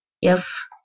yes